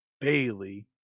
bailey